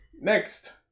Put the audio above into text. Next